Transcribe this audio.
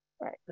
Right